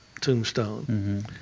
tombstone